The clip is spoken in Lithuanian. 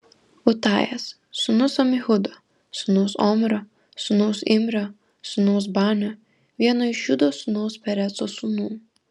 utajas sūnus amihudo sūnaus omrio sūnaus imrio sūnaus banio vieno iš judo sūnaus pereco sūnų